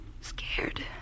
scared